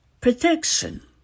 protection